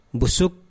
busuk